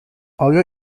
آیا